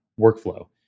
Workflow